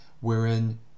wherein